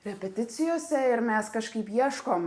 repeticijose ir mes kažkaip ieškom